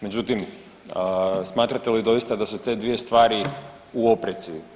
Međutim, smatrate li doista da su te dvije stvari u opreci?